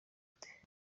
ati